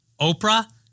Oprah